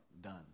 done